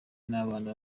n’abana